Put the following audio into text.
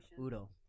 Udo